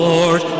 Lord